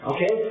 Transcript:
Okay